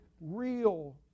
real